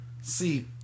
see